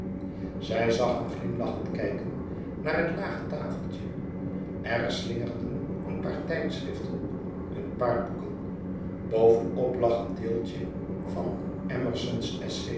zij zag hem glimlachend kijken naar het lage tafeltje er slingerden een paar tijdschriften een paar boeken boven op lag een deeltje van